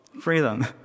Freedom